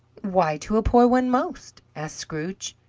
why to a poor one most? asked scrooge.